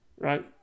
right